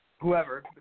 Whoever